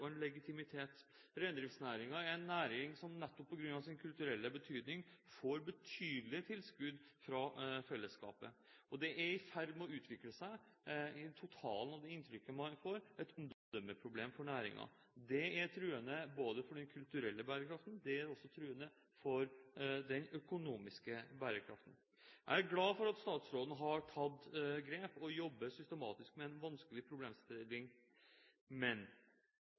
og en legitimitet. Reindriftsnæringen er en næring som nettopp på grunn av sin kulturelle betydning får betydelige tilskudd fra fellesskapet. Det er i ferd med å utvikle seg – på grunn av det totale inntrykket man får – et omdømmeproblem for næringen. Det er truende for både den kulturelle og den økonomiske bærekraften. Jeg er glad for at statsråden har tatt grep og jobber systematisk med en vanskelig problemstilling, men